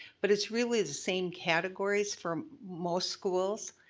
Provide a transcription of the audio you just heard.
but it's really the same categories from most schools.